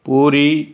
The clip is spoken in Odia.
ପୁରୀ